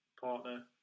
partner